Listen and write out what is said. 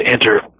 enter